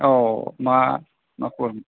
औ मा मा खबरमोन